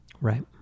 Right